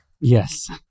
yes